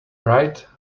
right